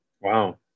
Wow